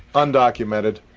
undocumented,